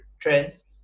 trends